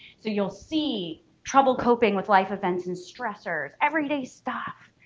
so you'll see trouble coping with life events and stressors everyday stuff.